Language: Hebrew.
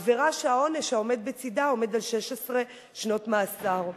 עבירה שהעונש העומד בצדה הוא 16 שנות מאסר.